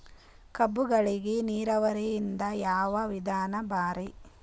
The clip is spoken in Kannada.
ಕಬ್ಬುಗಳಿಗಿ ನೀರಾವರಿದ ಯಾವ ವಿಧಾನ ಭಾರಿ?